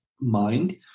mind